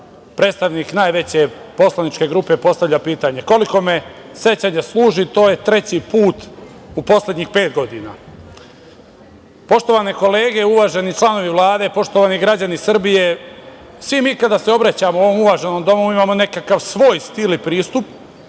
predstavnik najveće poslaničke grupe postavlja pitanje. Koliko me sećanje služi, to je treći put u poslednjih pet godina. Poštovane kolege, uvaženi članovi Vlade, poštovani građani Srbije, svi mi kada se obraćamo u ovom uvaženom domu imamo nekakav svoj stil i pristup,